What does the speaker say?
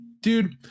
Dude